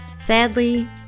Sadly